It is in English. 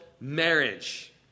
marriage